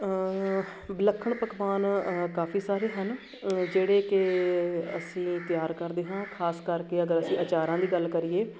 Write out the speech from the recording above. ਵਿਲੱਖਣ ਪਕਵਾਨ ਕਾਫੀ ਸਾਰੇ ਹਨ ਜਿਹੜੇ ਕਿ ਅਸੀਂ ਤਿਆਰ ਕਰਦੇ ਹਾਂ ਖਾਸ ਕਰਕੇ ਅਗਰ ਅਸੀਂ ਅਚਾਰਾਂ ਦੀ ਗੱਲ ਕਰੀਏ